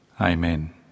Amen